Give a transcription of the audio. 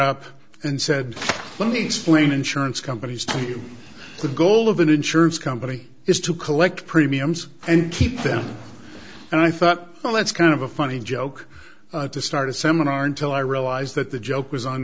up and said let me explain insurance companies to you the goal of an insurance company is to collect premiums and keep them and i thought well that's kind of a funny joke to start a seminar until i realized that the joke was on